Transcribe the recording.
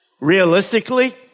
Realistically